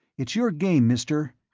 it's your game, mister!